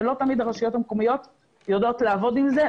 ולא תמיד הרשויות המקומיות יודעות לעבוד עם זה,